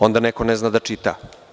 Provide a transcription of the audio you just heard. Onda neko ne zna da čita.